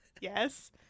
Yes